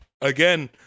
again